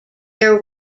their